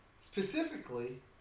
specifically